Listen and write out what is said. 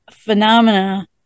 phenomena